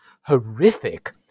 horrific